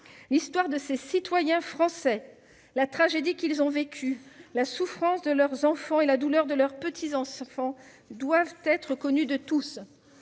L'histoire de ces citoyens français, la tragédie qu'ils ont vécue, la souffrance de leurs enfants et la douleur de leurs petits-enfants doivent être connues de tous.